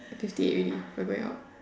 two fifty already we are going out